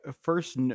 first